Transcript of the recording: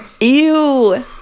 Ew